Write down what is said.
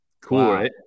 Cool